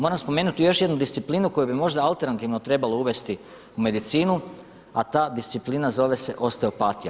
Moram spomenuti još jednu disciplinu koju bi možda alternativno trebalo uvesti u medicinu, a ta disciplina zove se osteopatija.